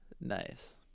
nice